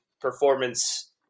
performance